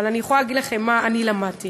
אבל אני יכולה להגיד לכם מה אני למדתי: